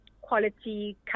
quality